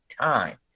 time